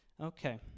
Okay